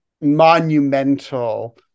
monumental